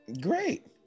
Great